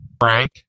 Frank